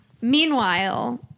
Meanwhile